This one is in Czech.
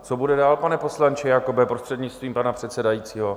Co bude dál, pane poslanče Jakobe, prostřednictvím pana předsedajícího?